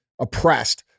oppressed